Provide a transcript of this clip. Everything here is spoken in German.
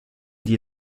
die